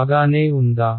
బాగానే ఉందా